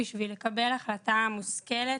כדי לקבל החלטה מושכלת,